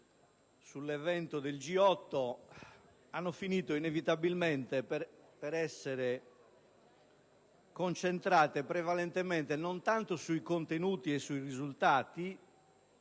sull'evento del G8 abbia finito inevitabilmente per essere concentrata prevalentemente non tanto sui contenuti e sui risultati